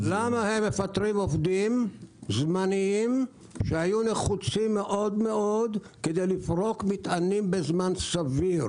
מפטרים עובדים זמניים שהיו נחוצים מאוד כדי לפרוק מטענים בזמן סביר.